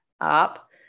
up